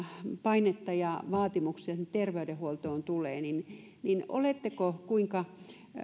painetta ja vaatimuksia terveydenhuoltoon tulee niin niin oletteko